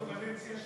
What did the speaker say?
קדנציה שנייה.